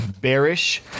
bearish